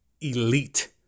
elite